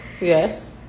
Yes